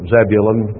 Zebulun